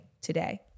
today